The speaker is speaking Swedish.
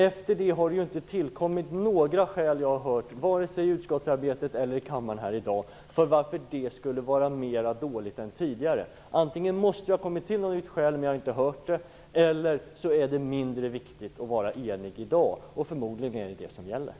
Efter det har det såvitt jag har hört inte tillkommit några skäl, vare sig i utskottsarbetet eller här i kammaren i dag, för att det skulle vara sämre än tidigare. Antingen måste det ha tillkommit något nytt skäl som jag inte har hört eller så är det mindre viktigt att vara enig i dag. Förmodligen gäller det senare.